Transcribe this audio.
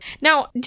Now